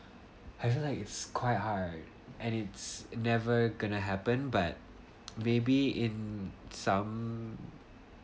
I feel like it's quite hard and it's never gonna happen but maybe in some